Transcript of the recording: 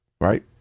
right